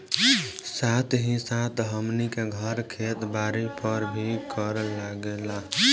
साथ ही साथ हमनी के घर, खेत बारी पर भी कर लागेला